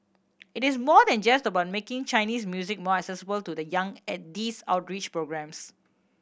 it is more than just about making Chinese music more accessible to the young at these outreach programmes